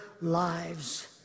lives